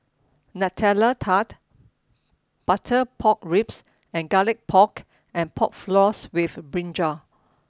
Nutella Tart butter pork ribs and garlic pork and pork floss with brinjal